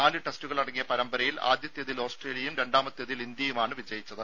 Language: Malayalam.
നാല് ടെസ്റ്റുകളടങ്ങിയ പരമ്പരയിൽ ആദ്യത്തേതിൽ ഓസ്ട്രേലിയയും രണ്ടാമത്തേതിൽ ഇന്ത്യയുമാണ് വിജയിച്ചത്